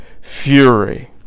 fury